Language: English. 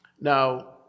Now